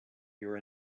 your